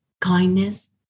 kindness